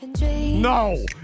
no